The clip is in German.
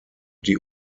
die